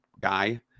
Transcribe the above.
guy